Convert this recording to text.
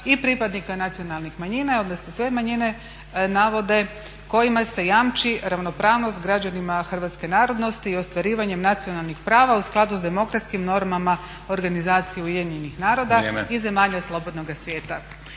i pripadnika nacionalnih manjina i onda se sve manjine navode kojima se jamči ravnopravnost građanima hrvatske narodnosti i ostvarivanjem nacionalnih prava u skladu s demokratskim normama organizacije UN-a i zemalja slobodnoga svijeta.